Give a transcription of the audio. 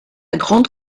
grande